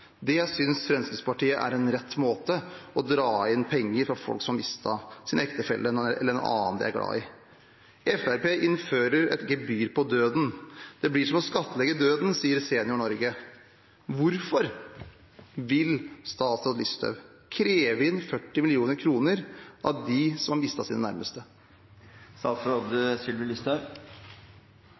synes Fremskrittspartiet er rett måte å dra inn penger fra folk som har mistet sin ektefelle eller en annen de er glad i, på. Fremskrittspartiet innfører et gebyr på døden – Senior Norge sier at det blir som å skattlegge døden. Hvorfor vil statsråd Listhaug kreve inn 40 mill. kr fra dem som har mistet sine